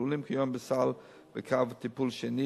הכלולים כיום בסל בקו טיפול שני,